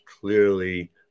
clearly